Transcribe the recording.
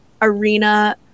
arena